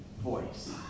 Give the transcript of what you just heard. voice